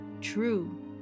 true